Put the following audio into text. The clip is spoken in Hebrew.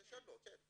כן.